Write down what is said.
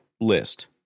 list